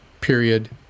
period